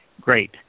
Great